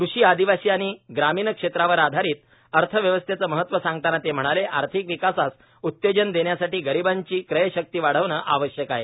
कृषीए आदिवासी आणि ग्रामीण क्षेत्रावर आधारित अर्थव्यवस्थेचे महत्त्व सांगताना ते म्हणालेए आर्थिक विकासास उत्तेजन देण्यासाठी गरिबांची क्रयशक्ती वाढविणे आवश्यक आहे